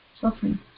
suffering